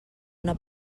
una